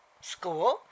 School